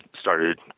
started